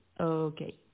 Okay